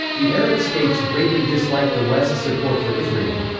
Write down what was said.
the arab states greatly disliked the west's support for israel.